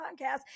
podcast